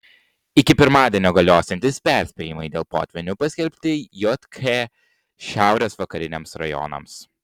iki pirmadienio galiosiantys perspėjimai dėl potvynių paskelbti jk šiaurės vakariniams rajonams